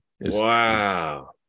wow